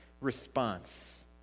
response